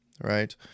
right